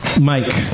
Mike